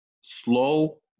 slow